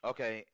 Okay